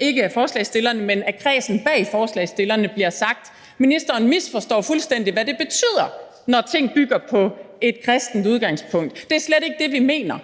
ikke af forslagsstillerne, men af kredsen bag forslagsstillerne, bliver sagt: Ministeren misforstår fuldstændig, hvad det betyder, når ting bygger på et kristent udgangspunkt; det er slet ikke det, vi mener.